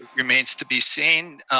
remains to be seen.